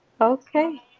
Okay